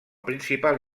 principal